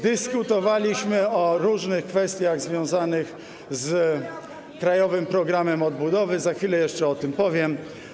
Dyskutowaliśmy o różnych kwestiach związanych z krajowym programem odbudowy, za chwilę jeszcze o tym powiem.